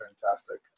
fantastic